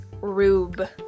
Rube